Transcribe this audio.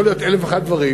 יכול להיות אלף ואחד דברים,